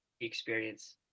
experience